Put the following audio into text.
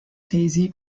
tesi